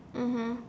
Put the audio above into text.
mmhmm